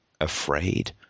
afraid